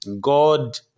God